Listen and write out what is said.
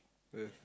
yes